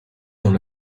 dans